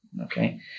Okay